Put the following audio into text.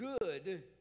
good